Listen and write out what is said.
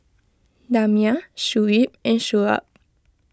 Damia Shuib and Shoaib